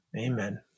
Amen